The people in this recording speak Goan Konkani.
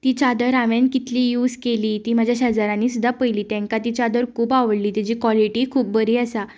ती चादर हांवें कितली यूज केली ती म्हज्या शेजाऱ्यांनी सुद्दां पळयली तेंका ती चादर खूब आवडली तेजी कॉलिटी खूब बरी आसा